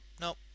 no